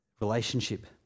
relationship